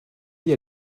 dit